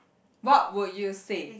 what would you save